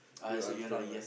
he will understand why